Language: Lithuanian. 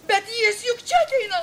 bet jis juk čia ateina